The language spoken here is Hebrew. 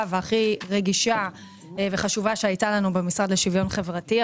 והכי רגישה וחשובה שהייתה לנו במשרד לשוויון חברתי.